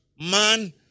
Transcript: Man